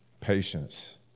patience